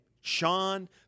Sean